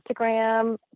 Instagram